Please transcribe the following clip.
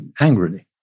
angrily